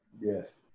Yes